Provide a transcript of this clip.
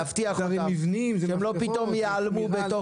שהם לא פתאום ייעלמו.